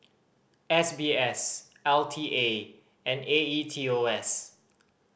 S B S L T A and A E T O S